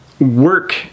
work